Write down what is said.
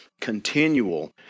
continual